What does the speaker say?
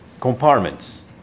compartments